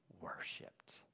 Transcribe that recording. worshipped